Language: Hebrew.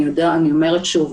אני אומרת שוב,